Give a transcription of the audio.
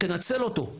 תנצל אותו,